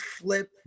flip